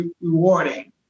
rewarding